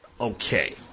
Okay